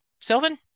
Sylvan